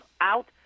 out